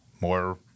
more